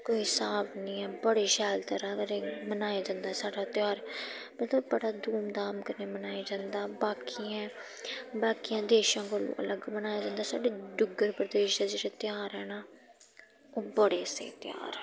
कोई स्हाब निं ऐ बड़े शैल त'रा कन्नै मनाया जंदा ऐ साढ़ा तेहार मतलब बड़ा धूम धाम कन्नै मनाया जंदा बाकियें बाकियें देशें कोलूं अलग मनाया जंदा साढ़े डुग्गर देश दे जेह्ड़े तेहार ऐ ना ओह् बड़े स्हेई तेहार ऐ